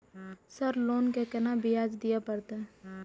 Sir loan के केना ब्याज दीये परतें?